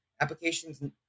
applications